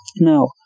now